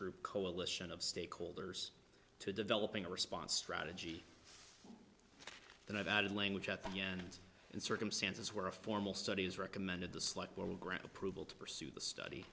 group coalition of stakeholders to developing a response strategy and i've added language at the end in circumstances where a formal study is recommended dislike will grant approval to pursue the study